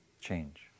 change